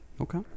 Okay